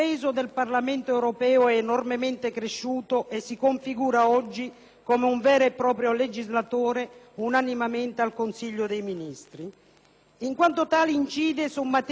come un vero e proprio legislatore, unitamente al Consiglio dei ministri. In quanto tale, incide su materie che rivestono la più grande rilevanza nella vita interna di ciascun Paese.